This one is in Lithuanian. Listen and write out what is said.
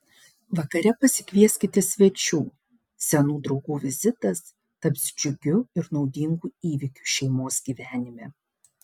vakare pasikvieskite svečių senų draugų vizitas taps džiugiu ir naudingu įvykiu šeimos gyvenime